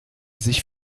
sich